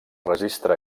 registre